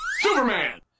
Superman